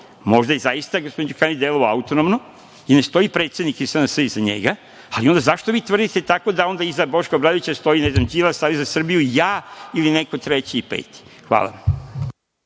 Možda je zaista gospodin Đukanović delovao autonomno i ne stoji predsednik iz SNS iza njega, ali onda zašto vi tvrdite tako da onda iza Boška Obradovića stoji ne znam Đilas, Savez za Srbiju, ja ili neko treći i peti. Hvala.